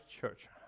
Church